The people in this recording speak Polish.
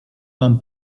mam